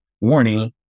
warning